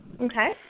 Okay